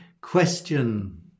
question